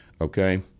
Okay